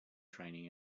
training